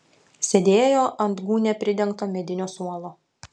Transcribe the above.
sėdėjo ant gūnia pridengto medinio suolo